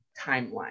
timeline